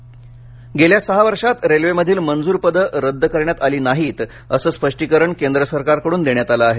railway पदे गेल्या सहा वर्षांत रेल्वेमधील मंजूर पदे रद्द करण्यात आली नाहीत असं स्पष्टीकरण केंद्र सरकारकडून देण्यात आलं आहे